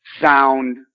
sound